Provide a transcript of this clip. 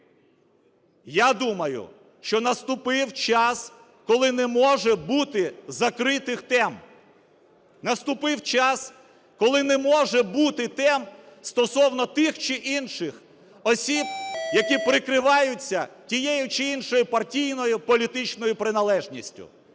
Я думаю, що наступив час, коли не може бути закритих тем. Наступив час, коли не може бути тем стосовно тих чи інших осіб, які прикриваються тією чи іншою партійною політичною приналежністю.